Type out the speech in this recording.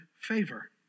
favor